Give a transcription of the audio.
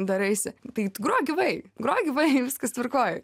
daraisi tai groja gyvai groja gyvai viskas tvarkoj